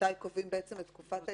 מתי קובעים את תקופת ההתיישנות.